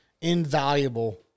invaluable